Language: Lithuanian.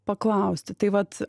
paklausti tai vat